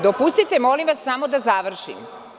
Dopustite molim vas samo da završim.